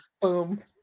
Boom